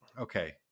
Okay